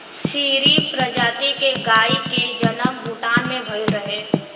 सीरी प्रजाति के गाई के जनम भूटान में भइल रहे